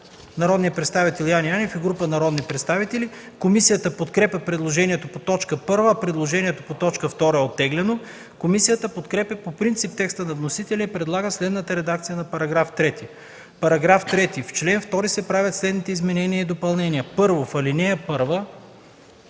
народния представител Яне Янев и група народни представители. Комисията подкрепя предложението по т. 1, а предложението по т. 2 е оттеглено. Комисията подкрепя по принцип текста на вносителя и предлага следната редакция на § 3: „§ 3. В чл. 2 се правят следните изменения и допълнения: 1. В ал. 1: а)